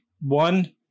One